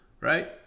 right